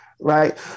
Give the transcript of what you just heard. right